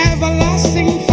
Everlasting